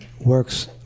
works